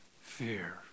fear